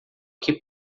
que